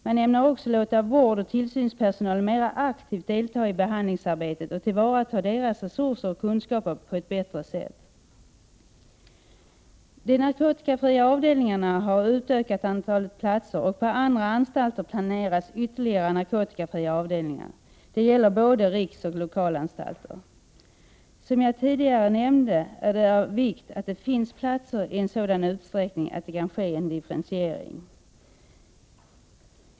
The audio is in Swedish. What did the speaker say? Man ämnar också låta vårdoch tillsynspersonalen mer aktivt delta i behandlingsarbetet och tillvarata deras resurser och kunskaper på ett bättre sätt. De narkotikafria avdelningarna har utökat antalet platser, och på andra anstalter planeras ytterligare narkotikafria avdelningar. Det gäller både riksoch lokalanstalter. Som jag tidigare nämnde är det av vikt att det finns platser i en sådan utsträckning att det kan ske en differentiering.